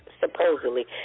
supposedly